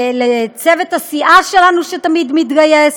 לצוות הסיעה שלנו, שתמיד מתגייס,